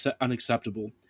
unacceptable